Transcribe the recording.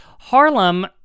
Harlem